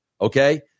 Okay